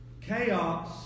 Chaos